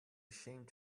ashamed